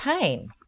pain